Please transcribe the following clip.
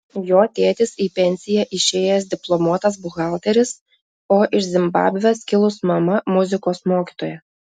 jo tėtis į pensiją išėjęs diplomuotas buhalteris o iš zimbabvės kilus mama muzikos mokytoja